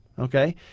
Okay